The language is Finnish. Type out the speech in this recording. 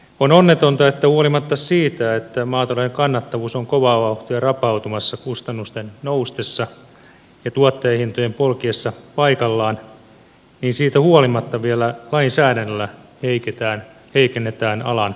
on onnetonta että huolimatta siitä että maatalouden kannattavuus on kovaa vauhtia rapautumassa kustannusten noustessa ja tuottajahintojen polkiessa paikallaan lainsäädännöllä vielä heikennetään alan kannattavuutta